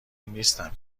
نیستم